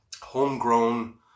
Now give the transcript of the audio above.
homegrown